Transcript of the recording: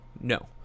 no